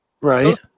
right